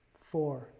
four